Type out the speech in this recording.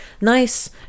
nice